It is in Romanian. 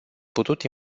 putut